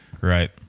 right